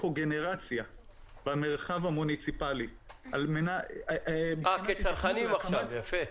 קוגנרציה במרחב המוניציפאלי -- כצרכנים עכשיו יפה.